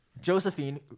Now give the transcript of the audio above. Josephine